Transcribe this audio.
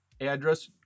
address